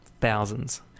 thousands